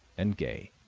and gay.